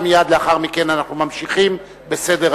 ומייד לאחר מכן אנחנו ממשיכים בסדר-היום.